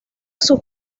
sus